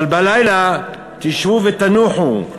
אבל בלילה תישנו ותנוחו,